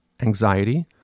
anxiety